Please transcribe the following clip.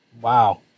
Wow